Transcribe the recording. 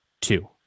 Two